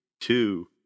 two